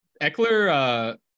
Eckler